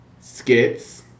skits